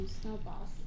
snowballs